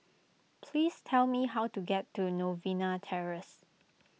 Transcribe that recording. please tell me how to get to Novena Terrace